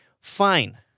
Fine